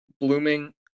blooming